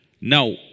Now